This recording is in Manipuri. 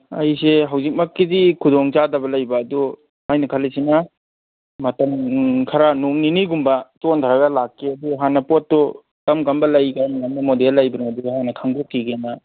ꯑꯩꯁꯦ ꯍꯧꯖꯤꯛꯃꯛꯀꯤꯗꯤ ꯈꯨꯗꯣꯡ ꯆꯥꯗꯕ ꯂꯩꯕ ꯑꯗꯨ ꯑꯩꯅ ꯈꯜꯂꯤꯁꯤꯅ ꯃꯇꯝ ꯈꯔ ꯅꯣꯡꯅꯤꯅꯤꯒꯨꯝꯕ ꯆꯣꯟꯊꯔꯒ ꯂꯥꯛꯀꯦ ꯑꯗꯨ ꯍꯥꯟꯅ ꯄꯣꯠꯇꯣ ꯀꯔꯝ ꯀꯔꯝꯕ ꯀꯔꯝ ꯀꯔꯝꯕ ꯃꯣꯗꯦꯜ ꯂꯩꯕꯅꯣꯗꯨꯁꯨ ꯍꯥꯟꯅ ꯈꯪꯗꯣꯛꯈꯤꯒꯦꯅ